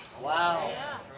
Wow